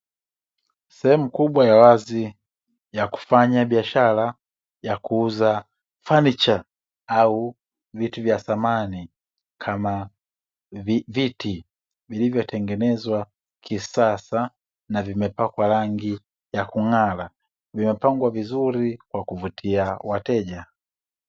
Sehemu kubwa ya wazi ya kufanya biashara ya kuuza fanicha au vitu vya samani kama viti, vilivotengenezwa kisasa na vimepakwa rangi ya kung'ara, vimepangwa vizuri kwa kuvutia wateja.